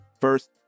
first